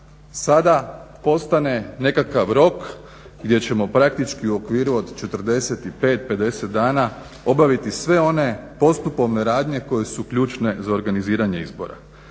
sada postane nekakav rok gdje ćemo praktički u okviru od 45, 50 dana obaviti sve one postupovne radnje koje su ključne za organiziranje izbora.